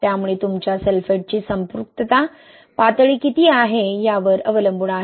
त्यामुळे तुमच्या सल्फेट्सची संपृक्तता पातळी किती आहे यावर अवलंबून आहे